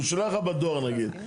הוא שולח לך בדואר נגיד.